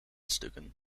stukken